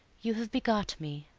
you have begot me,